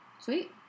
Sweet